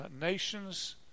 nations